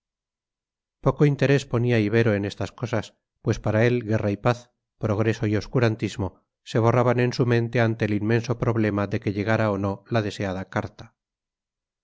poco interés ponía ibero en estas cosas pues para él guerra y paz progreso y obscurantismo se borraban en su mente ante el inmenso problema de que llegara o no la deseada carta